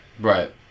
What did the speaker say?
Right